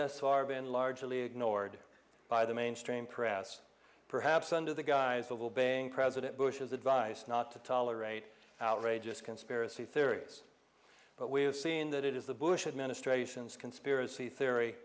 this far been largely ignored by the mainstream press perhaps under the guise of obeying president bush's advice not to tolerate outrageous conspiracy theories but we've seen that it is the bush administration's conspiracy theory